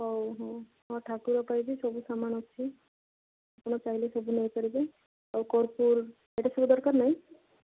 ହଉ ହଉ ହୁଁ ଠାକୁର ପାଇଁ ବି ସବୁ ସାମାନ ଅଛି ଆପଣ ଚାହିଁଲେ ସବୁ ନେଇ ପାରିବେ ଆଉ କର୍ପୁର ଏଇଟା ସବୁ ଦରକାର ନାହିଁ